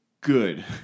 good